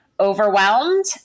Overwhelmed